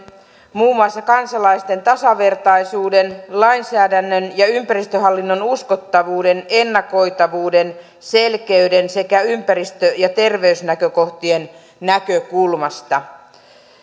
muun muassa kansalaisten tasavertaisuuden lainsäädännön ja ympäristöhallinnon uskottavuuden ennakoitavuuden selkeyden sekä ympäristö ja terveysnäkökohtien näkökulmasta